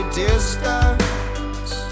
distance